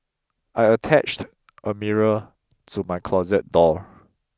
I attached a mirror to my closet door